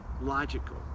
logical